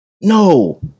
No